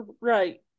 right